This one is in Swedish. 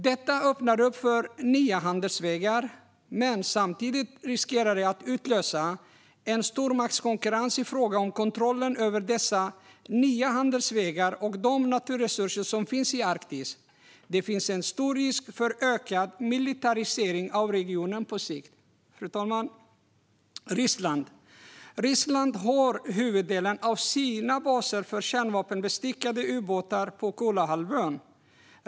Detta öppnar upp för nya handelsvägar, men samtidigt riskerar det att utlösa en stormaktskonkurrens i fråga om kontrollen över dessa nya handelsvägar och de naturresurser som finns i Arktis. Det finns en stor risk för ökad militarisering av regionen på sikt, fru talman. Ryssland har huvuddelen av sina baser för kärnvapenbestyckade ubåtar på Kolahalvön.